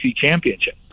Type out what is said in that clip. championship